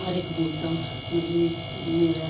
हर इक बूहटा मतलब कि मेरा